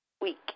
week